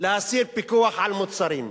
להסיר פיקוח על מוצרים,